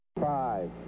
Five